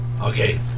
Okay